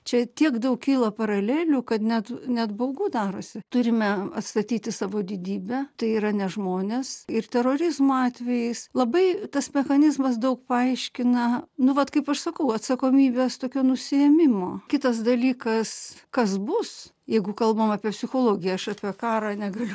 čia tiek daug kyla paralelių kad net net baugu darosi turime atstatyti savo didybę tai yra ne žmonės ir terorizmo atvejais labai tas mechanizmas daug paaiškina nu vat kaip aš sakau atsakomybės tokio nusiėmimo kitas dalykas kas bus jeigu kalbam apie psichologiją aš apie karą negaliu